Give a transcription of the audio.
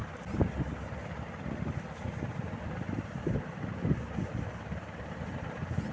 চালকে পিষে চিঁড়ে বা পোহা তৈরি করা হয় যেটা একরকমের খাদ্যবস্তু